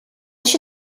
she